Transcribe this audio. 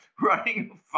running